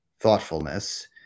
Thoughtfulness